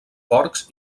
porcs